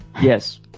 Yes